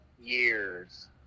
years